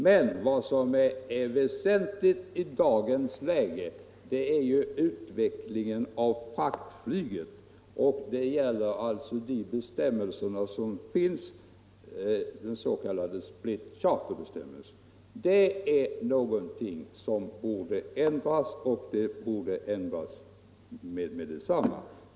Men vad som är väsentligt i dagens läge är utvecklingen av fraktflyget. Det är alltså fråga om bestämmelsen rörande s.k. split charter. Det är någonting som borde ändras med detsamma.